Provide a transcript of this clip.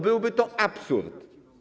Byłby to absurd.